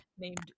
Named